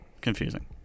Confusing